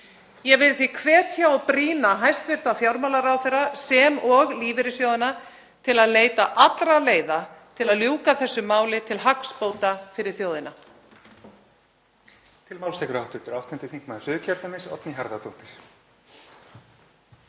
Ég vil því hvetja og brýna hæstv. fjármálaráðherra sem og lífeyrissjóðina til að leita allra leiða til að ljúka þessu máli til hagsbóta fyrir þjóðina.